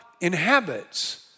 inhabits